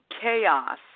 chaos